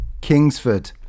Kingsford